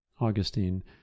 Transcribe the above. Augustine